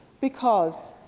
because.